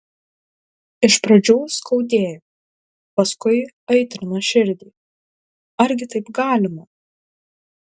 iš pradžių skaudėjo paskui aitrino širdį argi taip galima